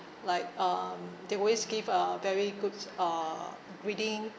like um they always give a very good uh greeting